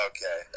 Okay